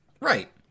Right